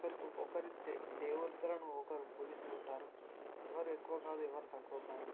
ఒకరి దేవతలను ఒకరు పూజిస్తూ ఉంటారు ఎవరు ఎక్కువ కాదు ఎవరు తక్కువ కాదు